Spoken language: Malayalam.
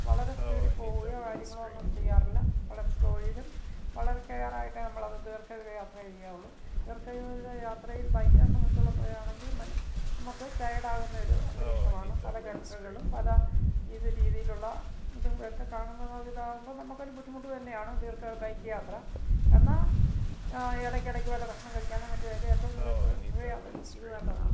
വളരെ സ്പീഡീ പോവുകയോ കാര്യങ്ങളോ ഒന്നും ചെയ്യാറില്ല വളരെ സ്ലോയിലും വളരെ കെയര് ആയിട്ടെ നമ്മൾ അത് ദീര്ഘ ദൂര യാത്ര ചെയ്യാവുള്ളൂ ദീര്ഘ ദൂര യാത്രയില് ബൈക്കിനെ സംബന്ധിച്ചോളം പറയാണെങ്കില് മ്മ നമുക്ക് ടയേഡ് ആകുന്ന ഒരന്തരീക്ഷമാണ് പല ഗട്ടറുകളും പല വിവിധ രീതിയിലുള്ള ഇതും ഒക്കെ കാണുന്നോരു ഇതാവുമ്പോൾ നമുക്ക് ഒരു ബുദ്ധിമുട്ട് തന്നെയാണ് ദീര്ഘ ബൈക്ക് യാത്ര എന്നാൽ ഇടക്ക് ഇടക്ക് വല്ല ഭക്ഷണം കഴിക്കാനും മറ്റും ഏറ്റോം നല്ല ശു സുഖയാത്രയ്ക്കും ഇത് നല്ലതാണ്